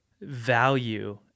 value